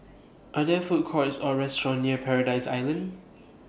Are There Food Courts Or restaurants near Paradise Island